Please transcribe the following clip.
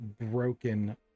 broken